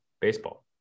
Baseball